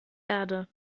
erde